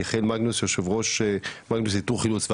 מגנוס, יושב ראש מגנוס, איתור חילוץ והצלה,